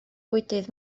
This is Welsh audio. bwydydd